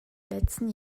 letzten